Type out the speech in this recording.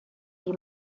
die